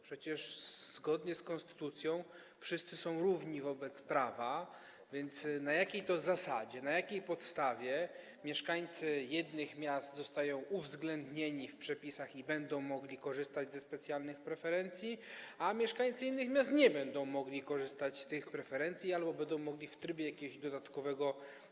Przecież zgodnie z konstytucją wszyscy są równi wobec prawa, więc na jakiej zasadzie, na jakiej podstawie mieszkańcy jednych miast zostają uwzględnieni w przepisach i będą mogli korzystać ze specjalnych preferencji, a mieszkańcy innych miast nie będą mogli korzystać z tych preferencji albo będą mogli w trybie jakiegoś dodatkowego.